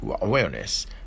awareness